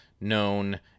known